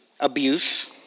abuse